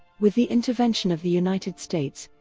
with the intervention of the united states,